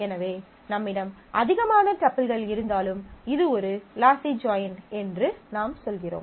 எனவே நம்மிடம் அதிகமான டப்பிள்கள் இருந்தாலும் இது ஒரு லாஸி ஜாயின் என்று நாம் சொல்கிறோம்